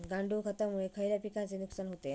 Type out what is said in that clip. गांडूळ खतामुळे खयल्या पिकांचे नुकसान होते?